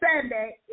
Sunday